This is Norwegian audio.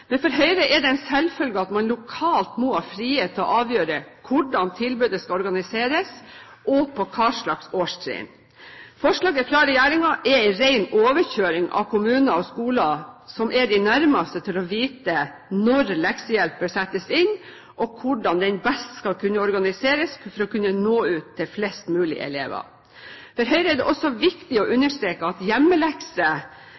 Men for Høyre er det en selvfølge at man lokalt må ha frihet til å avgjøre hvordan tilbudet skal organiseres, og på hvilke årstrinn. Forslaget fra regjeringen er en ren overkjøring av kommuner og skoler, som er de nærmeste til å vite når leksehjelp bør settes inn, og hvordan den best skal kunne organiseres for å nå ut til flest mulig elever. For Høyre er det også viktig å